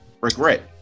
regret